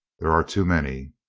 there are too many.